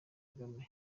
kagame